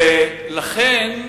ולכן,